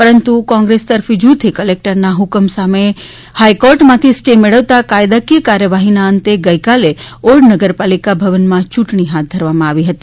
પરંતુ કોંગ્રેસ તરફી જૂથે કલેકટરના હુકમ સામે હાઈકોર્ટમાંથી સ્ટે મેળવતા કાયદાકીય કાર્યવાહીના અંતે ગઇકાલે ઓડ નગરપાલિકા ભુવનમાં ચૂંટણી હાથ ધરવામાં આવી હતી